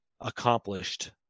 accomplished